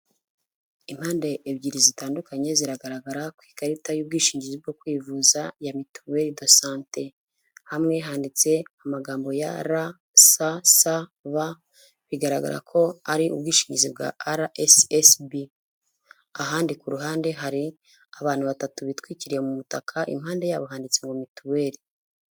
Impande ebyiri zitandukanye ziragaragara ku ikarita y'ubwishingizi bwo kwivuza ya mituweri do sante hamwe handitse amagambo ya ra sa sa wa bigaragara ko ari ubwishingizi bwa RSSB, ahandi ku ruhande hari abantu batatu bitwikiriye mu mutaka, impande yabo handitse ngo mituweri.